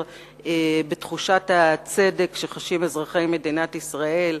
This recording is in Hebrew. בתחושת הצדק שחשים אזרחי מדינת ישראל.